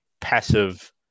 passive